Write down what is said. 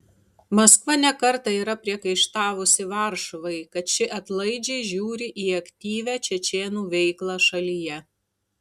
maskva ne kartą yra priekaištavusi varšuvai kad ši atlaidžiai žiūri į aktyvią čečėnų veiklą šalyje